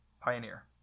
Pioneer